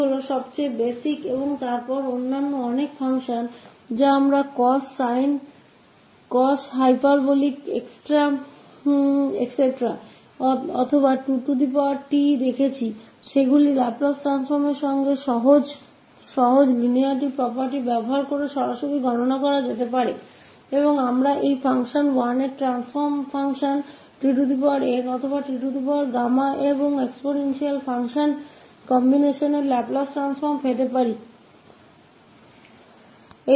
तो ये सबसे बुनियादी हैं एक और फिर कई अन्य कार्य जिन्हें हमने कॉस साइन कॉस हाइपरबॉलिक वगैरह या 2𝑡 देखा है उन्हें सीधे लाप्लास ट्रांसफॉर्म की सरल linearity property का उपयोग करके गणना की जा सकती है और हम लाप्लास ट्रांसफॉर्म प्राप्त कर सकते हैं य इस linear combinations का